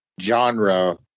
genre